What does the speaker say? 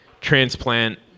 transplant